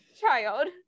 Child